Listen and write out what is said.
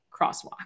crosswalk